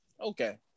Okay